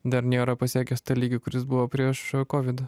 dar nėra pasiekęs tą lygį kuris buvo prieš covidą